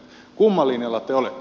kumman linjalla te olette